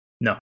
No